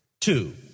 Two